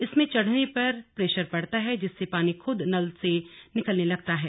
इसमें चढ़ने पर प्रेशर पड़ता है जिससे पानी खुद नल से निकलने लगता है